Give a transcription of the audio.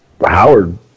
Howard